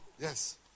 Yes